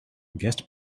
guest